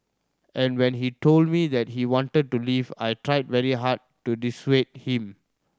and when he told me that he wanted to leave I tried very hard to dissuade him